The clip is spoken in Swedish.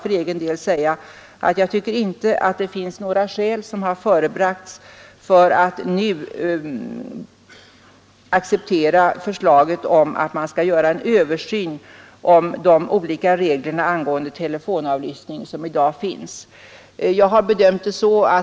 För egen del tycker jag inte att några skäl förebragts för att nu acceptera förslaget om en särskild översyn av de olika regler för telefonavlyssning som i dag finns.